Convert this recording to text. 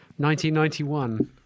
1991